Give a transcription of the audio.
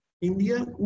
India